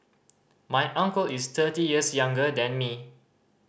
my uncle is thirty years younger than me